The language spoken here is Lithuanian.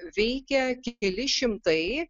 veikė keli šimtai